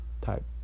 type